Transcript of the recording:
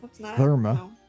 Therma